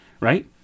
right